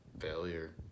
Failure